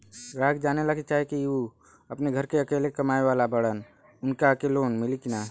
ग्राहक जानेला चाहे ले की ऊ अपने घरे के अकेले कमाये वाला बड़न उनका के लोन मिली कि न?